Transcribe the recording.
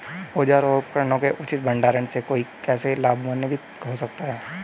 औजारों और उपकरणों के उचित भंडारण से कोई कैसे लाभान्वित हो सकता है?